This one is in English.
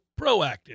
proactive